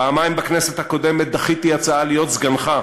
פעמיים בכנסת הקודמת דחיתי הצעה להיות סגנך,